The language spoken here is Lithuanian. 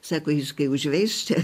sako jis kai užveis čia